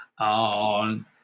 on